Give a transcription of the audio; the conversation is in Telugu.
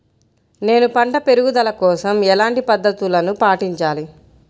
నేను పంట పెరుగుదల కోసం ఎలాంటి పద్దతులను పాటించాలి?